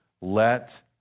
Let